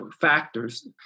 factors